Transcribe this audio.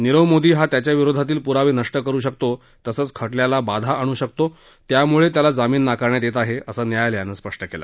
नीरव मोदी हा त्याच्याविरोधातील पुरावे नष्ट करू शकतो तसंच खटल्याला बाधा आणू शकतो त्यामुळे त्याला जामीन नाकारण्यात येत आहे असं न्यायालयाकडून स्पष्ट करण्यात आलं